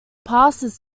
passes